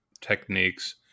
techniques